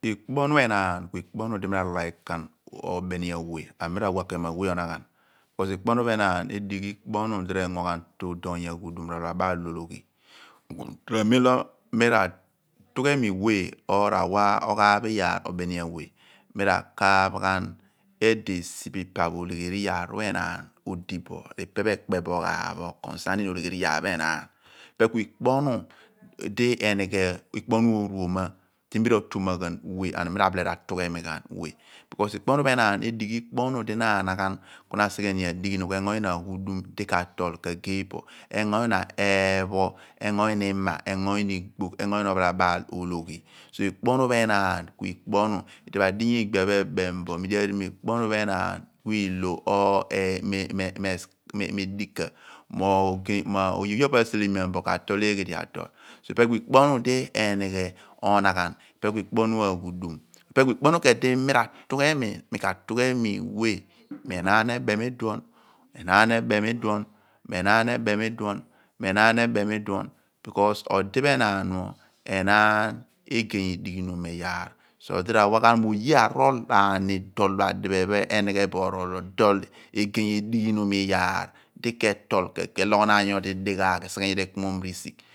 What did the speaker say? Ekpo ohnu enaan ku ekpo ohnu di mi ra uke ghan obeni awe ani mi ra wa ken mo awe oonaghan kuolo ekpo ohnu pho enaan edighi iyaar di renego ghan tuudoomy aghudum r´ophalabaal ologhi ku torobo amem lo mi ra atughu emi we or r´awa oghaaph iyaar obem awe mi ra kaaph ghan edo esi pho ipa pho olegheri iyaar pho enaan odi bo r´ipe pho ikpe oghaaph bo concerning ologheri pho enaan ipe pho ku ikpo ohi di enighe ikpo omu di nu ra toma ghan we and mi abilu ratughemi ghan we because ikpo ohnu pho enaan edighi ikpo ohnu di na anaghan ku na asighe adighinom ke engo ina ghudum di ka tol kagel po engo ihna eepho engo ihna ima, engo ihna igbogh engo ihna ophalabaal ologhi so ikpo ohnu pho enaan ku ikpoohnu idipho adinya ligbia pho enbem bo mo edighi uyaar di ikpo ohnu enaan ogey oye pho aseleman bo ka tol eeghe di adol so ipe ku ikpo ohnu di emghe onaghan, ipe ku ikpo ohnu aghudum ipe ku ikpo ohnu di mi ra dughemi we mo enaan ebem leduor mo enaan ebem iduon mo enaan pho enaan egey edigbinom iyaar so odi ra wa ghan mo oye arol aani dol pho enighe bo orol pho dol ehliom edighinom iyaar di ketol ka ke loghinaan nydi dughaagh esigh nydi ekimim ghisigh.